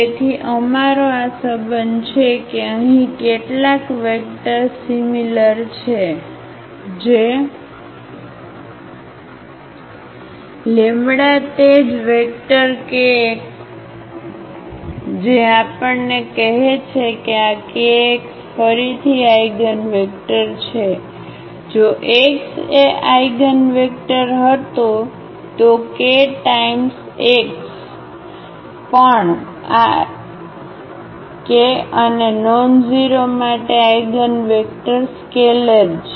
તેથી અમારો આ સબંધ છે કે અહીં કેટલાક વેક્ટર સિમિલર છે λ તે જ વેક્ટર kx જે આપણને કહે છે કે આ kx ફરીથી આઇગનવેક્ટર છે જો x એ આઇગનવેક્ટર હતો તો કે ટાઇમ્સ x પણ આ કે અને નોનઝેરો માટે આઇગનવેક્ટર સ્કેલેર છે